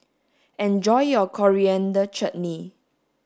enjoy your coriander chutney